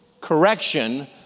Correction